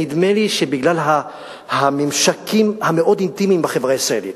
נדמה לי שבגלל הממשקים המאוד אינטימיים בחברה הישראלית,